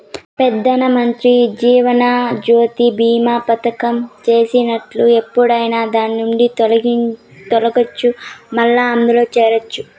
పెదానమంత్రి జీవనజ్యోతి బీమా పదకం చేసినట్లు ఎప్పుడైనా దాన్నిండి తొలగచ్చు, మల్లా అందుల చేరచ్చు